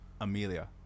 Amelia